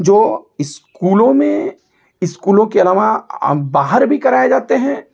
जो स्कूलों में स्कूलों के अलावा बाहर भी कराए जाते हैं